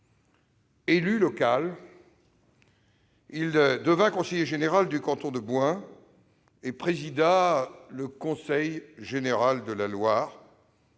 Élu local, il devint conseiller général du canton de Boën et présida le conseil général de la Loire,